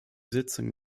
sitzung